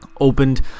opened